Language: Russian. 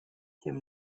тем